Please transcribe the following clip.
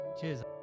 Cheers